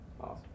Awesome